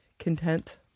content